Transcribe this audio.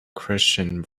christian